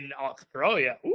Australia